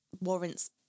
warrants